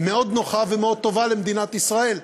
מאוד נוחה ומאוד טובה למדינת ישראל,